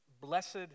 Blessed